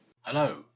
hello